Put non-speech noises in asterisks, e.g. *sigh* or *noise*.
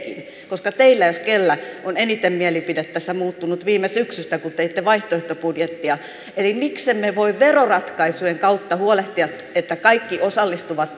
koska teillä jos kellä on eniten mielipide tässä muuttunut viime syksystä kun teitte vaihtoehtobudjettia miksemme voi veroratkaisujen kautta huolehtia että kaikki osallistuvat *unintelligible*